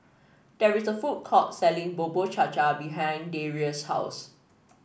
there is a food court selling Bubur Cha Cha behind Darius' house